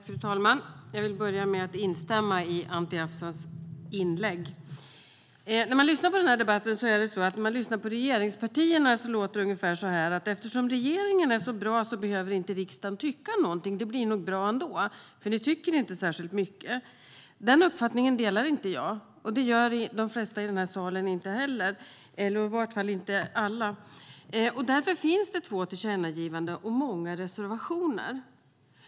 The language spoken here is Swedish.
Fru talman! Jag vill börja med att instämma i Anti Avsans inlägg. Regeringspartierna i debatten har låtit som att eftersom regeringen är så bra behöver inte riksdagen tycka någonting. Det blir nog bra ändå eftersom riksdagen inte tycker särskilt mycket. Den uppfattningen delar inte jag. Det gör inte de flesta i salen. Därför finns två tillkännagivanden och många reservationer.